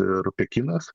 ir pekinas